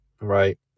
right